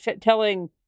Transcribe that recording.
telling